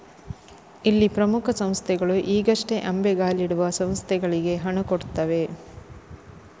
ಇಲ್ಲಿ ಪ್ರಮುಖ ಸಂಸ್ಥೆಗಳು ಈಗಷ್ಟೇ ಅಂಬೆಗಾಲಿಡುವ ಸಂಸ್ಥೆಗಳಿಗೆ ಹಣ ಕೊಡ್ತವೆ